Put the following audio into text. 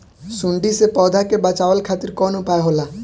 सुंडी से पौधा के बचावल खातिर कौन उपाय होला?